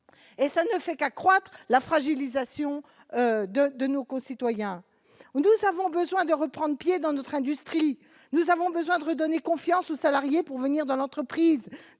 et ça ne fait qu'accroître la fragilisation de de nos concitoyens ou 12 avant besoin de reprendre pied dans notre industrie, nous avons besoin de redonner confiance aux salariés pour venir dans l'entreprise